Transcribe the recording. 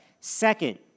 Second